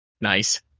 Nice